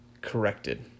corrected